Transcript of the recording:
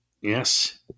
yes